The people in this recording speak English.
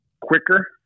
quicker